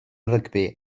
rygbi